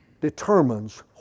determines